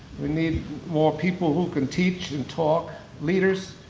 we need more people who can teach and talk. leaders,